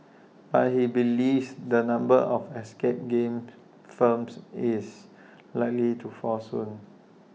but he believes the number of escape game firms is likely to fall soon